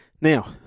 Now